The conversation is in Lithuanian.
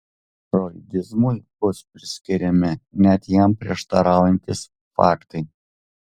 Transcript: froidizmui bus priskiriami net jam prieštaraujantys faktai